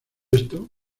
esto